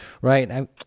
Right